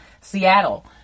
Seattle